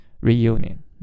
reunion